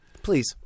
please